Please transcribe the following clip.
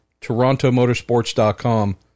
TorontoMotorsports.com